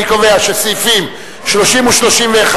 אני קובע שסעיפים 30 ו-31